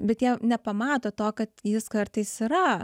bet jie nepamato to kad jis kartais yra